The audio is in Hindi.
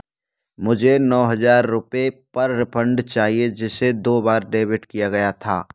मुझे नौ हज़ार रुपये पर रिफंड चाहिए जिसे दो बार डेबिट किया गया था